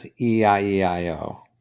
E-I-E-I-O